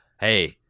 Hey